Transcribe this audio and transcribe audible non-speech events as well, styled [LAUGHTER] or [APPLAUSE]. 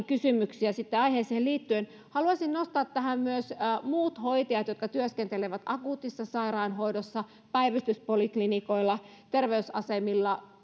[UNINTELLIGIBLE] kysymyksiä aiheeseen liittyen haluaisin nostaa tähän myös muut hoitajat ne jotka työskentelevät akuutissa sairaanhoidossa päivystyspoliklinikoilla terveysasemilla [UNINTELLIGIBLE]